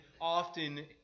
often